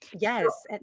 Yes